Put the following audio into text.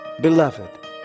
Beloved